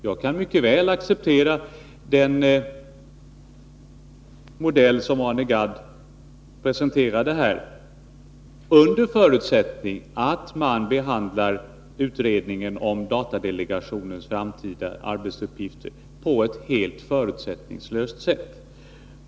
Jag kan mycket väl acceptera den modell som Arne Gadd presenterade, på det villkoret att man behandlar utredningen om datadelegationens framtida arbetsuppgifter helt förutsättningslöst.